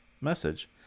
message